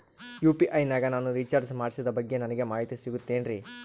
UPI ನಾಗ ನಾನು recharge ಮಾಡಿಸಿದ ಬಗ್ಗೆ ನನಗೆ ಮಾಹಿತಿ ಸಿಗುತೇನ್ರೀ?